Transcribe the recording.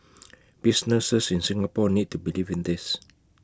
businesses in Singapore need to believe in this